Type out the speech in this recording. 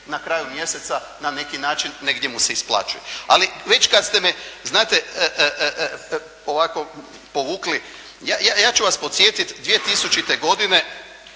na kraju mjeseca na neki način, negdje mu se isplaćuje. Ali već kad ste me, znate ovako povukli, ja ću vas podsjetiti 2000. godine